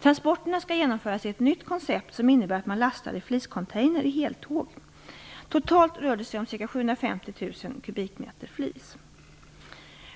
Transporterna skall genomföras i ett nytt koncept som innebär att man lastar i fliscontainer i heltåg. Totalt rör det sig om ca 750 000 kubikmeter flis.